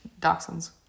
dachshunds